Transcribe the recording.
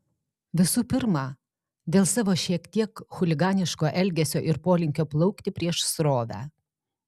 visų pirma dėl savo šiek tiek chuliganiško elgesio ir polinkio plaukti prieš srovę